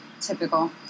Typical